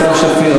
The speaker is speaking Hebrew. סתיו שפיר,